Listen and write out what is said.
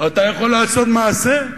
אתה יכול לעשות מעשה.